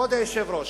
כבוד היושב-ראש,